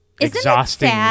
exhausting